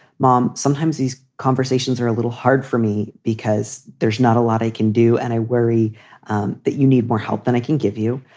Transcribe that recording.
mom, sometimes these conversations are a little hard for me because there's not a lot i can do. and i worry that you need more help than i can give you.